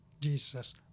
Jesus